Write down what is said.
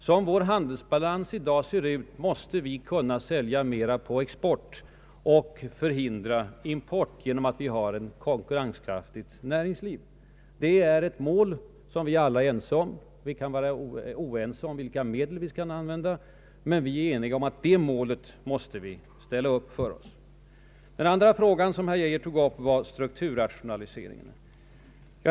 Som vår handelsbalans i dag ser ut, måste vi kunna sälja mera på export och onödiggöra import och det gör vi genom att skapa ett konkurrenskraftigt näringsliv. Det är ett mål som vi alla är ense om. Vi kan vara oense om vilka medel vi skall använda, men vi är ense om att det målet måste vi ställa upp för OSS. Den andra frågan som herr Geijer tog upp var strukturrationaliseringen.